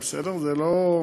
וזה לא פשוט.